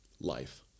life